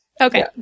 Okay